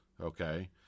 okay